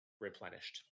replenished